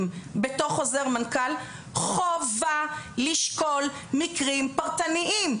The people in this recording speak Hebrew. בחוזר מנכ"ל חובה לשקול מקרים פרטניים,